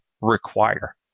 require